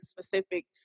specific